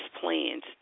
plans